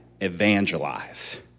evangelize